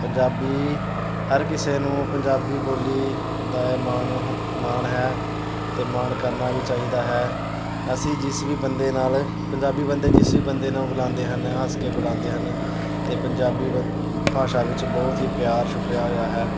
ਪੰਜਾਬੀ ਹਰ ਕਿਸੇ ਨੂੰ ਪੰਜਾਬੀ ਬੋਲੀ ਦਾ ਇਹ ਮਾਣ ਮਾਣ ਹੈ ਅਤੇ ਮਾਣ ਕਰਨਾ ਵੀ ਚਾਹੀਦਾ ਹੈ ਅਸੀਂ ਜਿਸ ਵੀ ਬੰਦੇ ਨਾਲ ਪੰਜਾਬੀ ਬੰਦੇ ਜਿਸ ਵੀ ਬੰਦੇ ਨੂੰ ਬੁਲਾਉਂਦੇ ਹਨ ਹੱਸ ਕੇ ਬੁਲਾਉਂਦੇ ਹਨ ਅਤੇ ਪੰਜਾਬੀ ਭਾਸ਼ਾ ਵਿੱਚ ਬਹੁਤ ਹੀ ਪਿਆਰ ਛੁਪਿਆ ਹੋਇਆ ਹੈ